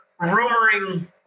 rumoring